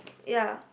yeah